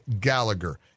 Gallagher